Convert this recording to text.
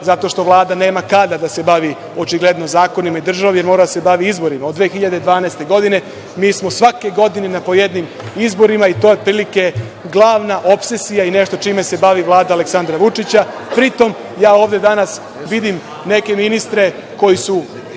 zato što Vlada nema kada da se bavi očigledno zakonima i državom, jer mora da se bavi izborima. Od 2012. godine mi smo svake godine na pojedinim izborima i to je otprilike glavna opsesija i nešto čime se bavi Vlada Aleksandra Vučića, pri tom, ovde danas vidim neke ministre koji su